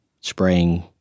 spraying